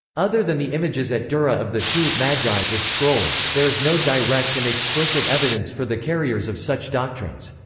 other than the images at dura of the two magi with scrolls, there is no direct and explicit evidence for the carriers of such doctrines.